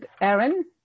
Aaron